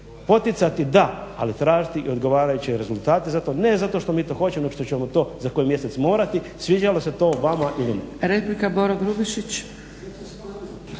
poticati da ali tražiti i odgovarajuće rezultate za to, ne zato što mi to hoćemo, nego što ćemo to za koji mjesec morati sviđalo se to vama ili ne.